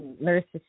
nurses